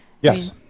Yes